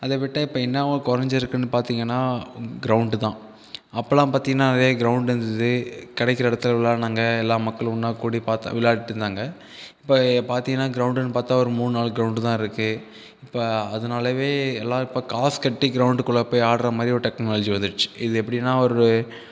அதை விட்டால் இப்போ என்னாவாக குறஞ்சிருக்குன்னு பார்த்தீங்கன்னா கிரவுண்ட் தான் அப்பலாம் பார்த்தீங்கன்னாவே கிரவுண்ட் இருந்தது கிடைக்கிற இடத்தில் விளையாடுனாங்க எல்லா மக்களும் ஒன்னாக கூடி பார்த்து விளையாடிட்டு இருந்தாங்க இப்போ பார்த்தீங்கன்னா கிரவுண்டுன்னு பார்த்தா ஒரு மூணு நாலு கிரவுண்டு தான் இருக்கு இப்போ அதனாலவே எல்லா இப்போ காசு கட்டி கிரவுண்டுக்குள்ளே போய் ஆடுற மாதிரி மாதிரி ஒரு டெக்னாலஜி வந்துருச்சு இது எப்படின்னா ஒரு